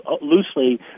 loosely